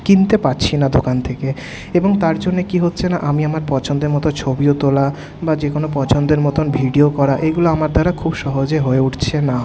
কিনতে পারছি না দোকান থেকে এবং তার জন্যে কী হচ্ছে না আমি আমার পছন্দের মতো ছবিও তোলা বা যে কোনও পছন্দের মতো ভিডিও করা এগুলো আমার দ্বারা খুব সহজে হয়ে উঠছে না